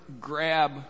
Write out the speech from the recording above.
grab